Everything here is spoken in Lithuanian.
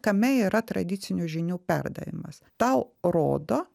kame yra tradicinių žinių perdavimas tau rodo